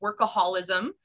workaholism